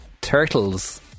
turtles